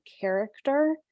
character